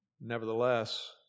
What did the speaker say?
Nevertheless